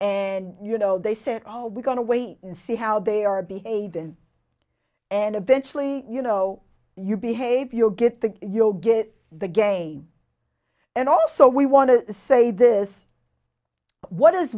and you know they said oh we gonna wait and see how they are behaving and eventually you know you behave you'll get the you'll get the game and also we want to say this what is